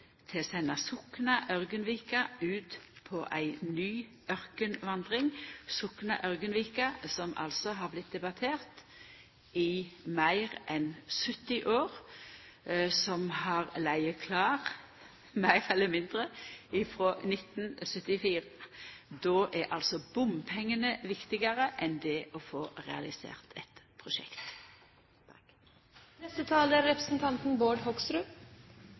til å senda Sokna–Ørgenvika ut på ei ny ørkenvandring – Sokna–Ørgenvika som altså har vorte debattert i meir enn 70 år, som har lege klar, meir eller mindre, frå 1974. Då er altså bompengane viktigare enn å få realisert eitt prosjekt.